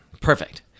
Perfect